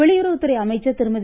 வெளியுறவுத்துறை அமைச்சர் திருமதி